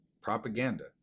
propaganda